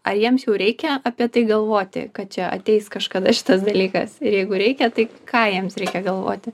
ar jiems jau reikia apie tai galvoti kad čia ateis kažkada šitas dalykas ir jeigu reikia tai ką jiems reikia galvoti